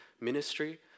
ministry